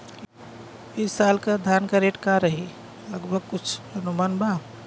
ई साल धान के रेट का रही लगभग कुछ अनुमान बा?